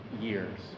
years